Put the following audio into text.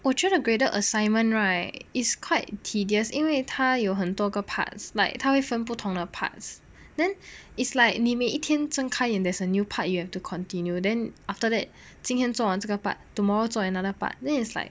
我觉得 graded assignment right it's quite tedious 因为它有很多个 parts like 他会分不同的 parts then it's like 你每一天睁开眼 there's a new part you have to continue then after that 今天做完这个 part tomorrow 做 another part then is like